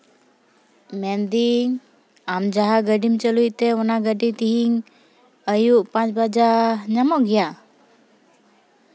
ᱢᱮᱱᱫᱟᱹᱧ ᱟᱢ ᱡᱟᱦᱟᱸ ᱜᱟᱹᱰᱤᱢ ᱪᱟᱹᱞᱩᱭᱛᱮ ᱚᱱᱟ ᱜᱟᱹᱰᱤ ᱛᱮᱦᱮᱧ ᱟᱹᱭᱩᱵ ᱯᱟᱸᱪ ᱵᱟᱡᱟᱜ ᱧᱟᱢᱚᱜ ᱜᱮᱭᱟ